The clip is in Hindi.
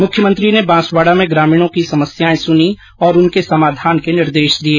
मुख्यमंत्री र्न बांसवाड़ा में ग्रामीणों की समस्याएं सुनीं तथा उनके समाधान के निर्देश दिए